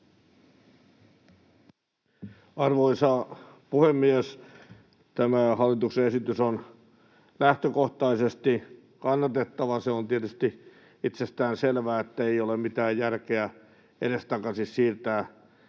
Arvoisa puhemies! Tämä hallituksen esitys on lähtökohtaisesti kannatettava. Se on tietysti itsestään selvää, että ei ole mitään järkeä edestakaisin siirtää